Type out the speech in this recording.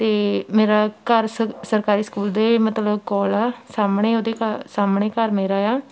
ਅਤੇ ਮੇਰਾ ਘਰ ਸ ਸਰਕਾਰੀ ਸਕੂਲ ਦੇ ਮਤਲਬ ਕੋਲ ਆ ਸਾਹਮਣੇ ਉਹਦੇ ਘ ਸਾਹਮਣੇ ਘਰ ਮੇਰਾ ਆ